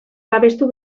babestu